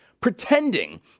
pretending